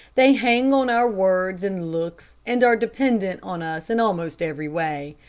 they hang on our words and looks, and are dependent on us in almost every way.